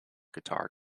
guitar